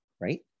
right